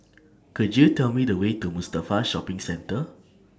Could YOU Tell Me The Way to Mustafa Shopping Center